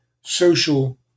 social